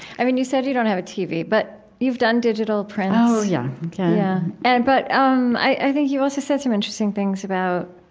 i mean, you said you don't have a tv, but you've done digital prints oh, yeah. ok yeah, and but um i think you also said some interesting things about,